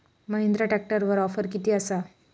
महिंद्रा ट्रॅकटरवर ऑफर किती आसा?